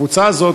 הקבוצה הזאת,